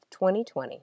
2020